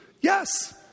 Yes